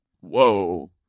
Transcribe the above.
whoa